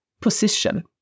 position